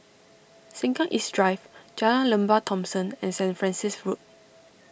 Sengkang East Drive Jalan Lembah Thomson and Saint Francis Road